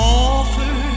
offer